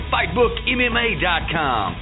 FightBookMMA.com